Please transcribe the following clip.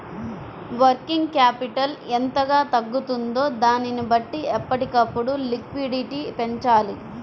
working capital ఎంతగా తగ్గుతుందో దానిని బట్టి ఎప్పటికప్పుడు లిక్విడిటీ పెంచాలి